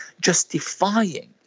justifying